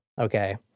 Okay